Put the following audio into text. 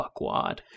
fuckwad